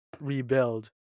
rebuild